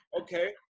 okay